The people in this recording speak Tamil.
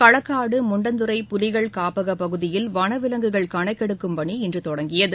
களக்னடு முண்டந்துறை புலிகள் காப்பக பகுதியில் வனவிலங்குகள் கணக்கெடுக்கும் பணி இன்று தொடங்கியது